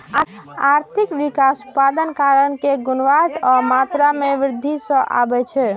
आर्थिक विकास उत्पादन कारक के गुणवत्ता आ मात्रा मे वृद्धि सं आबै छै